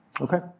Okay